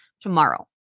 tomorrow